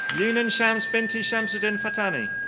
einun shams binti shamsudin fatani.